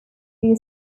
who